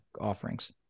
offerings